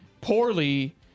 poorly